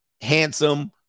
handsome